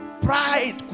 pride